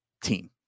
team